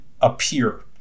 appear